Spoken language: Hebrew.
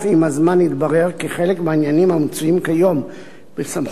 עם הזמן התברר כי חלק מהעניינים המצויים כיום בסמכות